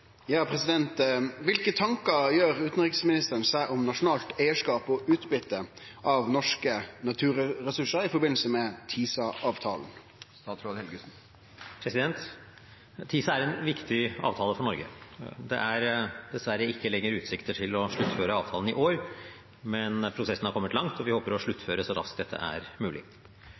tanker gjør utenriksministeren seg om nasjonalt eierskap og utbytte av norske naturressurser i forbindelse med TISA-avtalen?» TISA er en viktig avtale for Norge. Det er dessverre ikke lenger utsikter til å sluttføre avtalen i år, men prosessen har kommet langt, og vi håper å sluttføre så raskt dette er mulig.